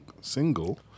single